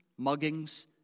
muggings